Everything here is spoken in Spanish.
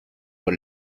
por